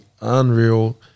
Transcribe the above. unreal